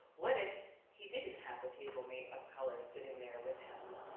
what if he didn't have the table mate of color sitting there with him?